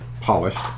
Polished